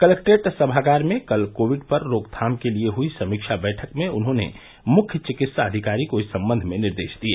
collectorate सभागार में कल कोविड पर रोकथाम के लिए हुई समीक्षा बैठक में उन्होंने मुख्य चिकित्साधिकारी को इस संबंध में निर्देश दिए